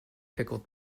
pickled